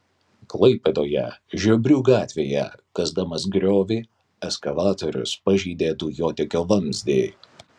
klaipėdoje žiobrių gatvėje kasdamas griovį ekskavatorius pažeidė dujotiekio vamzdį